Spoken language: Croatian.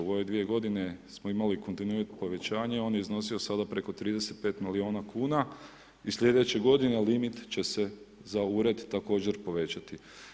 U ove dvije godine smo imali kontinuitet povećanja on je iznosio sada preko 35 milijuna kuna i sljedeće godine limit će se za ured također povećati.